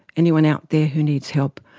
anyone out there who needs help,